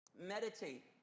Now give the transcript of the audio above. Meditate